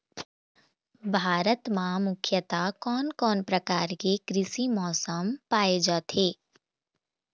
भारत म मुख्यतः कोन कौन प्रकार के कृषि मौसम पाए जाथे?